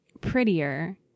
prettier